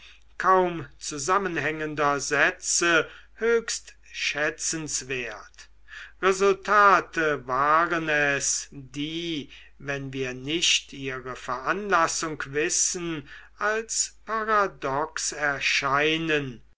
kaum zusammenhängender sätze höchst schätzenswert resultate waren es die wenn wir nicht ihre veranlassung wissen als paradox erscheinen